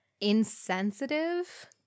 insensitive